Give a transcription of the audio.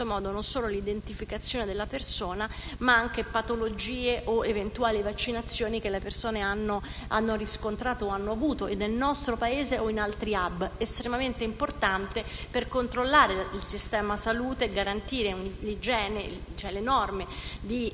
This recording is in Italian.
modo non solo l'identificazione della persona, ma anche evidenza delle patologie o di eventuali vaccinazioni che la persona ha riscontrato o avuto nel nostro Paese o in altri *hub*. Ciò è estremamente importante per controllare il sistema salute e garantire le norme di